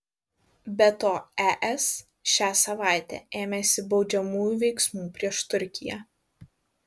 be to es šią savaitę ėmėsi baudžiamųjų veiksmų prieš turkiją